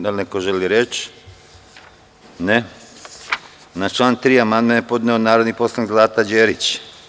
Da li neko želi reč? (Ne.) Na član 3. amandman je podneo narodni poslanik Zlata Đerić.